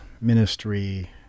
ministry